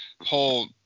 whole